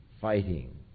Fighting